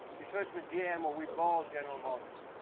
you search for gm, but we bold general motors.